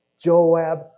Joab